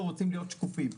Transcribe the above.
אנחנו רוצים להיות שקופים.